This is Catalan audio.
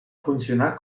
funcionar